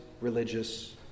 religious